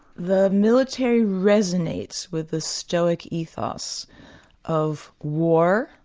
the military resonates with the stoic ethos of war,